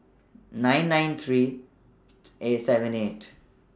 nine nine nine eight seven eight